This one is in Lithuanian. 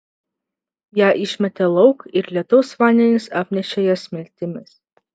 ją išmetė lauk ir lietaus vandenys apnešė ją smiltimis